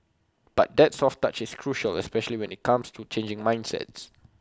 but the soft touch is crucial especially when IT comes to changing mindsets